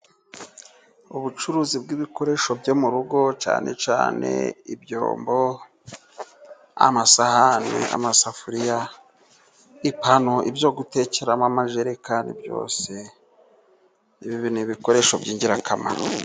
Ubucuruzi bwi'bikoresho byo mu rugo cyane cyane ibyombo, amasahani, amasafuriya, ipanu ibyo gutekeramo, amajerekani byose Ibi ni ibikoresho by'ingirakamaro.